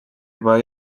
juba